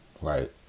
right